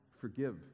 forgive